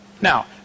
now